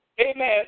amen